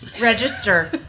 Register